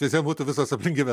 visai būtų visos aplinkybės